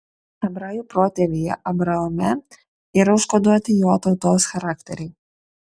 hebrajų protėvyje abraome yra užkoduoti jo tautos charakteriai